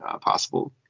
possible